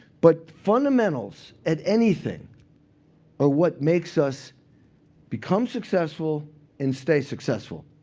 but fundamentals at anything are what makes us become successful and stay successful.